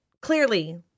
clearly